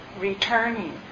returning